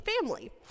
Family